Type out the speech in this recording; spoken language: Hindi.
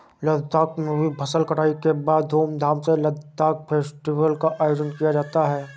लद्दाख में भी फसल कटाई के बाद धूमधाम से लद्दाख फेस्टिवल का आयोजन किया जाता है